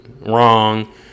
Wrong